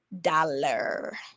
dollar